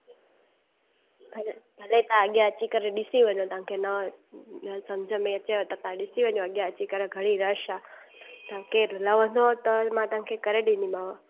हले हले तव्हां अॻियां अची करे ॾिसी वञो तव्हांखे न या सम्झ में अचेव त तव्हां ॾिसी वञो अॻियां अची करे घणी रश आहे तव्हां केरु लहंदो त मां तव्हांखे करे ॾींदीमांव